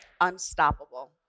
unstoppable